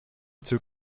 took